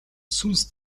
сүнс